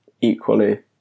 equally